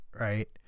right